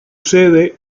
sede